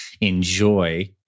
enjoy